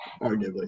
arguably